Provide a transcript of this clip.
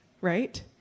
Right